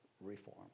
reform